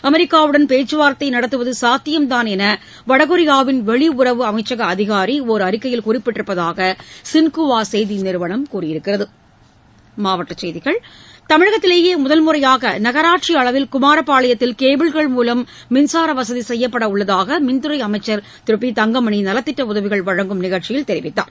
அமெரிக்காவுடன் பேச்சுவார்த்தை நடத்துவது சாத்தியம்தான் என்று வடகொரியாவின் வெளியுறவு அமைச்சக அதிகாரி ஒர் அறிக்கையில் குறிப்பிட்டிருப்பதாக ஸின்குவா செய்தி நிறுவனம் கூறியுள்ளது மாவட்டச் செய்திகள் தமிழகத்திலேயே முதன்முறையாக நகராட்சி அளவில் குமாரபாளையத்தில் கேபிள்கள் மூலம் மின்சார வசதி செய்யப்படவுள்ளதாக மின்துறை அமைச்சர் திரு பி தங்கமணி நலத்திட்ட உதவிகள் வழங்கும் நிகழ்ச்சியில் தெரிவித்தார்